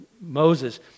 Moses